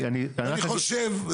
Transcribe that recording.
אני חושב,